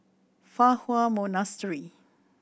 Fa Hua Monastery